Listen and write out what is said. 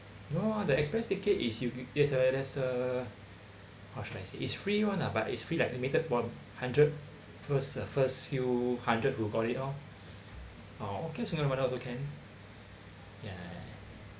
no the express ticket is you you use it as a how should I say it's free one lah but it's free like limited one hundred first uh first few hundred will got it loh oh single mother also can ya